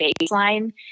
baseline